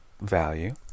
value